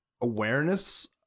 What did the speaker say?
awareness